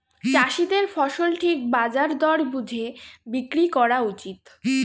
চাষীদের ফসল ঠিক বাজার দর বুঝে বিক্রি করা উচিত